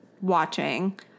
watching